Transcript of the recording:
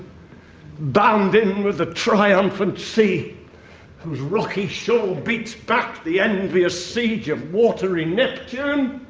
bound in with the triumphant sea whose rocky shore beats back the envious siege of watery neptune,